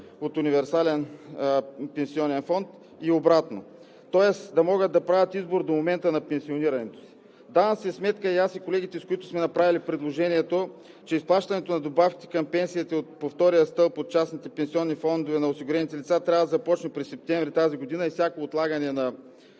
от универсален пенсионен фонд и обратно. Тоест да могат да правят избор до момента на пенсионирането си. Даваме си сметка и аз, и колегите, с които сме направили предложението, че изплащането на добавките към пенсията по втория стълб от частните пенсионни фондове на осигурените лица трябва да започне през месец септември 2021 г. и всяко отлагане на